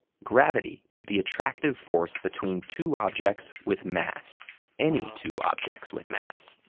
gravity is the attractive force between two objects with mass any two objects with mass.